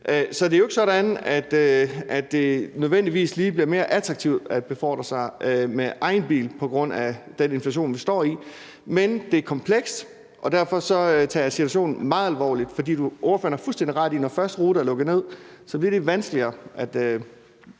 Så det er jo ikke sådan, at det nødvendigvis lige bliver mere attraktivt at befordre sig med egen bil på grund af den inflation, vi står i. Men det er komplekst, og derfor tager jeg situationen meget alvorligt. For ordføreren har fuldstændig ret i, at når først ruter er lukket ned, bliver det vanskeligere